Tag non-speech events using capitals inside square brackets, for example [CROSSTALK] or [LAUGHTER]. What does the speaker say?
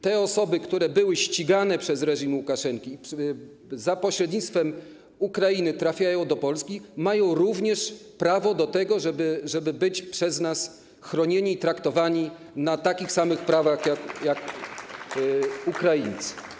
Te osoby, które były ścigane przez reżim Łukaszenki i za pośrednictwem Ukrainy trafiają do Polski, mają również prawo do tego, żeby być przez nas chronione i traktowane na takich samych prawach jak Ukraińcy [APPLAUSE]